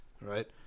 Right